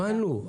הבנו.